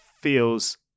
feels